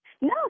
No